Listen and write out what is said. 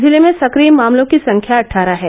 जिले में सक्रिय मामलों की संख्या अट्ठारह है